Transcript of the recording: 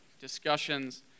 discussions